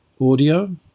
audio